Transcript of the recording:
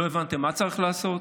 לא הבנתם מה צריך לעשות,